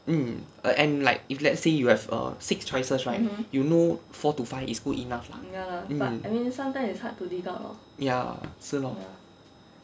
mm err and like if let's say you have err six choices right you know four to five is good enough lah mm ya 是 lor